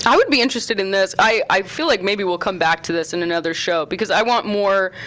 i would be interested in this, i feel like maybe we'll come back to this in another show because i want more,